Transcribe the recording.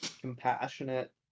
compassionate